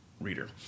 reader